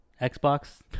Xbox